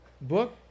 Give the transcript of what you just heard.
book